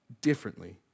differently